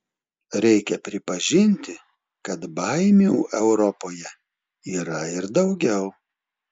reikia pripažinti kad baimių europoje yra ir daugiau